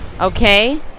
Okay